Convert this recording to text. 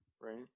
right